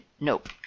nope